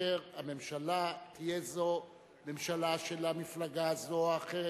שכאשר הממשלה תהיה של מפלגה זו או אחרת,